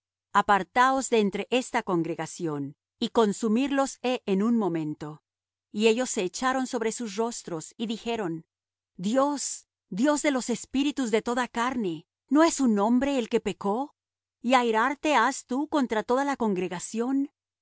apartaos de entre esta congregación y consumirlos he en un momento y ellos se echaron sobre sus rostros y dijeron dios dios de los espíritus de toda carne no es un hombre el que pecó y airarte has tu contra toda la congregación